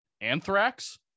Anthrax